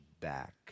back